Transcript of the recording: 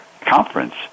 conference